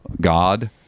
God